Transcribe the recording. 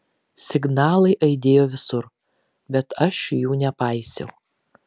signalai aidėjo visur bet aš jų nepaisiau